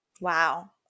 Wow